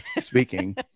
speaking